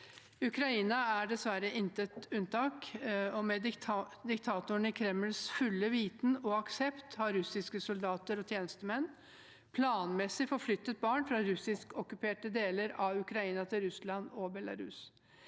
mulig dessverre intet unntak. Med diktatoren i Kremls fulle viten og aksept har russiske soldater og tjenestemenn planmessig forflyttet barn fra russiskokkuperte deler av Ukraina til Russland og Belarus.